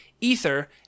Ether